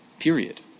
Period